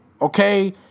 okay